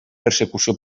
persecució